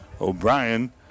O'Brien